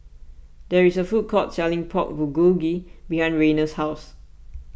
there is a food court selling Pork Bulgogi behind Rayna's house